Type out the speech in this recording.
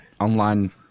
online